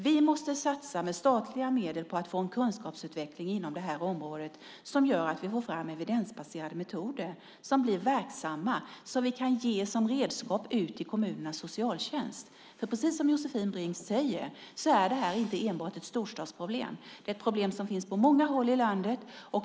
Vi måste med statliga medel satsa på att få en kunskapsutveckling inom det här området som gör att vi får fram evidensbaserade metoder som blir verksamma, som vi kan ge som redskap till kommunernas socialtjänst. Precis som Josefin Brink säger är det här inte enbart ett storstadsproblem. Det är ett problem som finns på många håll i landet.